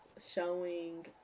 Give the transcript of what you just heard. Showing